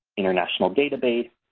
international databases,